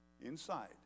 inside